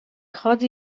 cad